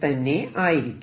തന്നെ ആയിരിക്കും